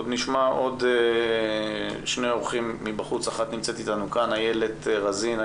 עורכת הדין איילת רזין בית אור,